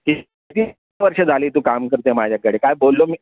तीस तीस वर्ष झाली तू काम करते आहे माझ्याकडे काय बोललो मी